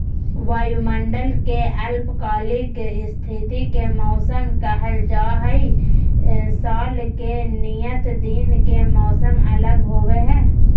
वायुमंडल के अल्पकालिक स्थिति के मौसम कहल जा हई, साल के नियत दिन के मौसम अलग होव हई